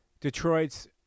Detroit's